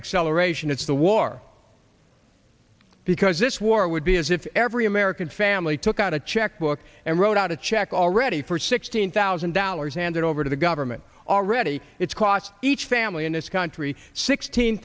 acceleration it's the war because this war would be as if every american family took out a checkbook and wrote out a check already for sixteen thousand dollars handed over to the government already it's cost each family in this country sixteen